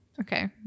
okay